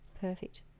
Perfect